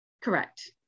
Correct